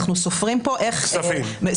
אנחנו סופרים פה כסף,